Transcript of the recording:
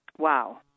Wow